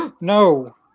No